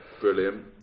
Brilliant